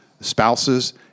spouses